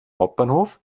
hauptbahnhof